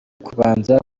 kubanza